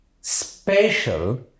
special